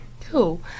Cool